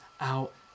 out